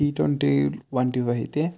tea twenty వంటివి అయితే